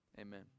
Amen